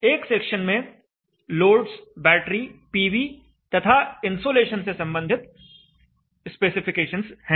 एक सेक्शन में loads battery PV तथा इन्सोलेशन से संबंधित स्पेसिफिकेशंस हैं